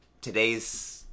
today's